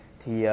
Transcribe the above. thì